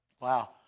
Wow